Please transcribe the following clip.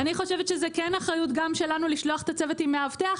אני חושבת שזה כן אחריות גם שלנו לשלוח את הצוות עם מאבטח,